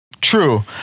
True